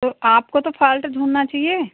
तो आपको तो फाल्ट ढूँढना चाहिए